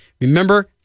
Remember